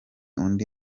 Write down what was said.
undi